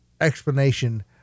explanation